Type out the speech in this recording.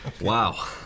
Wow